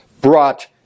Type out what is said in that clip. brought